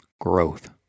Growth